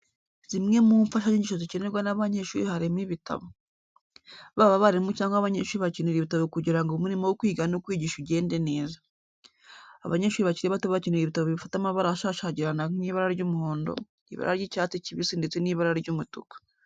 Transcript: Zimwe mu mfashanyigisho zikenerwa n'abanyeshuri harimo ibitabo. Baba abarimu cyangwa abanyeshuri bakenera ibitabo kugira ngo umurimo wo kwiga no kwigisha ugende neza. Abanyeshuri bakiri bato bakenera ibitabo bifite amabara ashashagirana nk'ibara ry'umuhondo, ibara ry'icyatsi kibisi ndetse n'ibara ry'umutuku.